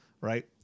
Right